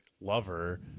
Lover